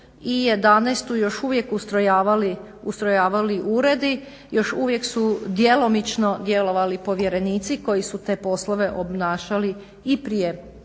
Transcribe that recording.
2011.još uvijek ustrojavali uredi još uvijek su djelomično djelovali povjerenici koji su te poslove obnašali i prije